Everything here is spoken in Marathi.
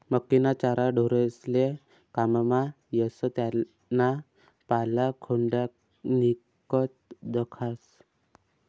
मक्कीना चारा ढोरेस्ले काममा येस त्याना पाला खोंड्यानीगत दखास